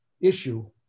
issue